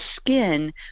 skin